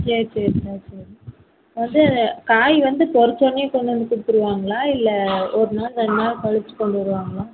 சரி சரி சரி சரி வந்து காய் வந்து பொறிச்சோனயே கொண்டு வந்து கொடுத்துருவாங்களா இல்லை ஒரு நாள் ரெண்டு நாள் கழிச்சு கொண்டு வருவாங்களா